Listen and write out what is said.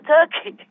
Turkey